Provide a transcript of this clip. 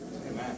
Amen